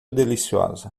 deliciosa